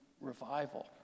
revival